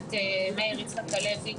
הכנסת מאיר יצחק הלוי.